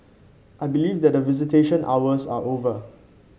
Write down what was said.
I believe that visitation hours are over